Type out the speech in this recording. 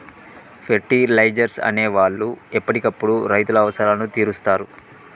fertilisers అనే వాళ్ళు ఎప్పటికప్పుడు రైతుల అవసరాలను తీరుస్తారు